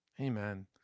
Amen